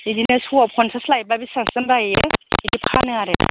बिदिनो स'आव फनसास लायोबा बिसिबांसि जाहैयो बिदि फानो आरो